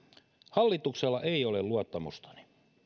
hallituksella ei ole luottamustani